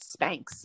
Spanx